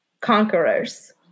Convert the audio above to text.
conquerors